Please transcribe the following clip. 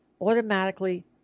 automatically